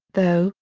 though,